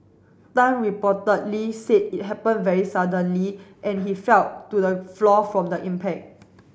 tan reportedly said it happened very suddenly and he fell to the floor from the impact